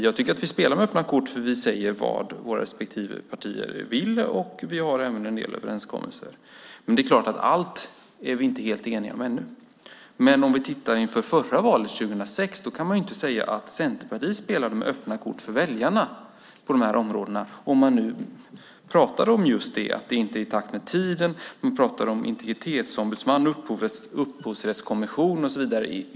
Jag tycker att vi spelar med öppna kort eftersom vi säger vad våra respektive partier vill. Dessutom har vi en del överenskommelser. Men det är klart att vi inte är helt eniga om allt. Inför förra valet, 2006, kan man inte säga att Centerpartiet på de här områdena inför väljarna spelade med öppna kort, särskilt som man nu säger att det inte är i takt med tiden och man talar om en integritetsombudsman, om en upphovsrättskommission och så vidare.